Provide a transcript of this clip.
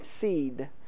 seed